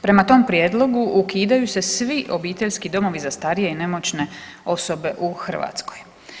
Prema tom prijedlogu ukidaju se svi obiteljski domovi za starije i nemoćne osobe u Hrvatskoj.